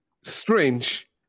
strange